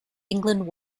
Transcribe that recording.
england